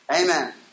Amen